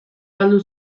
galdu